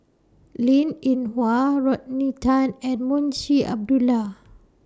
Linn in Hua Rodney Tan and Munshi Abdullah